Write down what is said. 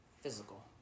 physical